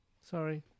Sorry